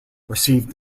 received